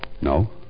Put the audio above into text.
No